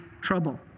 trouble